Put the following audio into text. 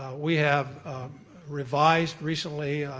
we have revised recently,